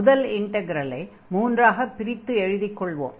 முதல் இன்டக்ரலை மூன்றாகப் பிரித்து எழுதிக் கொள்வோம்